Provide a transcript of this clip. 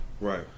Right